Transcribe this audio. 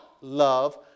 love